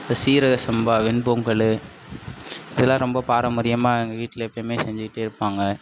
சீரக சம்பா வெண்பொங்கல் இதெல்லாம் ரொம்ப பாரம்பரியமாக எங்கள் வீட்டில் எப்போயுமே செஞ்சிட்டு இருப்பாங்க